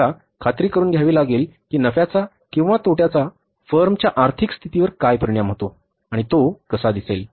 आम्हाला खात्री करुन घ्यावी लागेल की नफ्याचा किंवा तोटाचा फर्मच्या आर्थिक स्थितीवर काय परिणाम होतो आणि तो कसा दिसेल